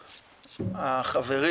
החברים,